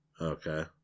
Okay